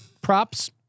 props